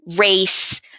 Race